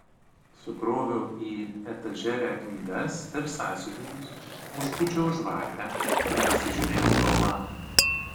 sukroviau į etažerę knygas ir sąsiuvinius užpūčiau žvakę ir pasižiūrėjau pro langą